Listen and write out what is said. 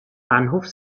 bahnhof